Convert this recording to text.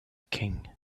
king